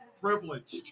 Privileged